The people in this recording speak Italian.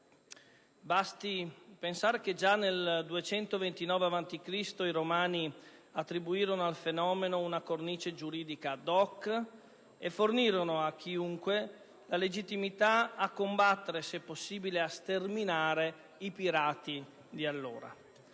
Basti pensare che già nel 229 avanti Cristo i romani attribuirono al fenomeno una cornice giuridica *ad hoc* e fornirono a chiunque la legittimazione a combattere e, se possibile, a sterminare i pirati di allora.